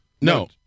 No